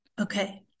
Okay